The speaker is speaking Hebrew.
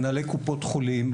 מנהלי קופות חולים,